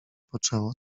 poczęło